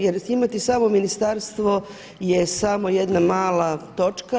Jer imati samo ministarstvo je samo jedna mala točka.